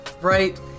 right